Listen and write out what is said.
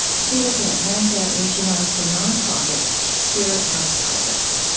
she lives in atlanta, where she runs the nonprofit, spirithouse project.